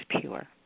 pure